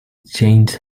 changed